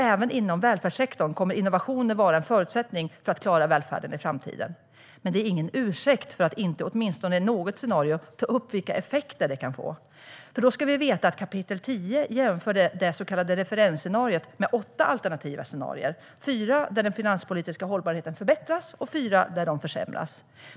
Innovationer kommer också att vara en förutsättning för att klara välfärden i framtiden. Men det är ingen ursäkt för att inte i åtminstone något scenario ta upp vilka effekter de kan få. Då ska vi veta att kapitel 10 jämför det så kallade referensscenariot med åtta alternativa scenarier, fyra där den finanspolitiska hållbarheten förbättras och fyra där de försämras.